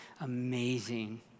amazing